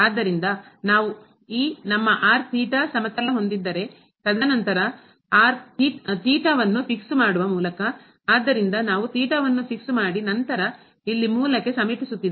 ಆದ್ದರಿಂದ ನಾವು ಈ ನಮ್ಮ ಸಮತಲ ಹೊಂದಿದ್ದರೆ ತದನಂತರ ವನ್ನು ಫಿಕ್ಸ್ ಮಾಡುವ ಸರಿಪಡಿಸುವ ಮೂಲಕ ಆದ್ದರಿಂದ ನಾವು ವನ್ನು ಫಿಕ್ಸ್ ಮಾಡಿ ನಂತರ ಇಲ್ಲಿ ಮೂಲಕ್ಕೆ ಸಮೀಪಿಸುತ್ತಿದೆ